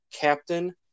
captain